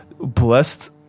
blessed